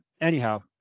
Anyhow